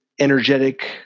energetic